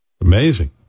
Amazing